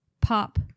pop